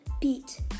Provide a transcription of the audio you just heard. beat